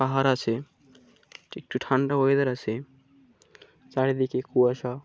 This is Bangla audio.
পাহাড় আছে একটু ঠান্ডা ওয়েদার আছে চারিদিকে কুয়াশা